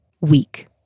weak